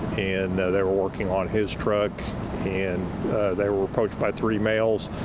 and they were working on his truck and they were approached by three males.